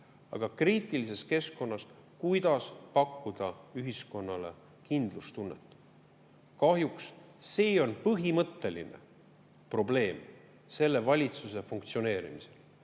just kriitilises keskkonnas pakkuda ühiskonnale kindlustunnet. Kahjuks see on põhimõtteline probleem selle valitsuse funktsioneerimisel.